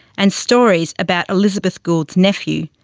and stories about elizabeth gould's nephew,